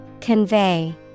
Convey